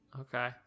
Okay